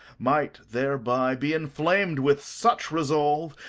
might thereby be inflamed with such resolve,